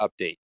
update